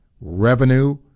revenue